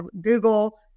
Google